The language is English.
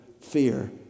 fear